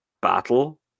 battle